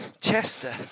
Chester